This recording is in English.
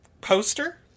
poster